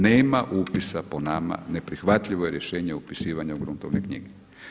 Nema upisa po nama neprihvatljivo je rješenje upisivanja u gruntovne knjige.